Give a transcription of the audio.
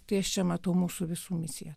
kai aš čia matau mūsų visų misiją